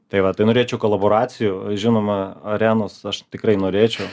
tai va tai norėčiau kolaboracijų žinoma arenos aš tikrai norėčiau